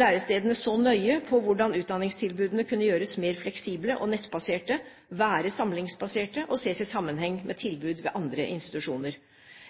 Lærestedene så nøye på hvordan utdanningstilbudene kunne gjøres mer fleksible og nettbaserte, være samlingsbaserte og ses i sammenheng med tilbud ved andre institusjoner.